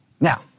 Now